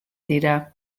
dira